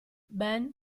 ben